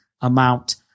amount